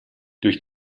durch